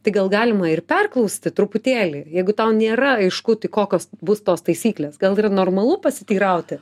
tai gal galima ir perklausti truputėlį jeigu tau nėra aišku tai kokios bus tos taisyklės gal yra normalu pasiteirauti